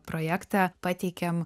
projektą pateikėm